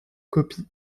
copie